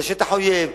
זה שטח אויב.